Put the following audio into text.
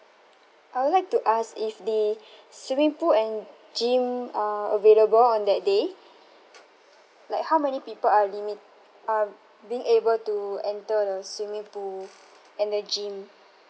I would like to ask if the swimming pool and gym are available on that day like how many people are limit are being able to enter the swimming pool and the gym